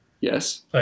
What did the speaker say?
Yes